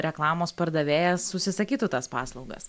reklamos pardavėjas užsisakytų tas paslaugas